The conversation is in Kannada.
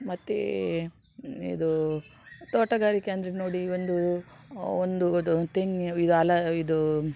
ಮತ್ತು ಇದು ತೋಟಗಾರಿಕೆ ಅಂದರೆ ನೋಡಿ ಒಂದು ಒಂದು ಇದು ತೆಂಗಿ ಇದು ಅಲ ಇದು